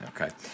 Okay